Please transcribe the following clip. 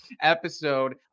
episode